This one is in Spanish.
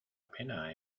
pena